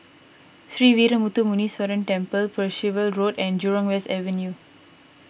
Sree Veeramuthu Muneeswaran Temple Percival Road and Jurong West Avenue